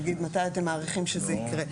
נגיד מתי אתם מעריכים שזה יקרה,